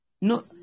No